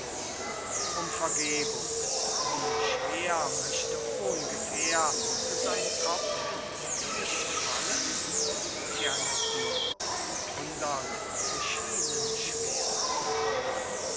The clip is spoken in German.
um vergebung wie schwer möchte ohngefähr sein kopf ins gewicht fallen gianettino hundert zechinen schwer mohr